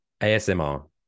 ASMR